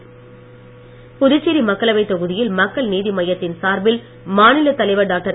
மக்கள் நீதி மய்யம் புதுச்சேரி மக்களவைத் தொகுதியில் மக்கள் நீதி மய்யத்தின் சார்பில் மாநிலத் தலைவர் டாக்டர்